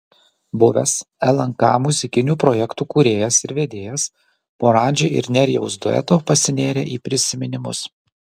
buvęs lnk muzikinių projektų kūrėjas ir vedėjas po radži ir nerijaus dueto pasinėrė į prisiminimus